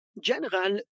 general